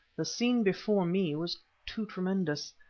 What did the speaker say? the scene before me was too tremendous.